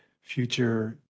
future